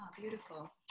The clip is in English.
Beautiful